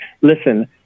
listen